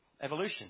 evolution